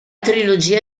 trilogia